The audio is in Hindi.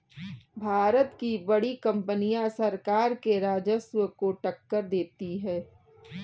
भारत की बड़ी कंपनियां सरकार के राजस्व को टक्कर देती हैं